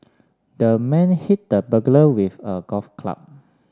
the man hit the burglar with a golf club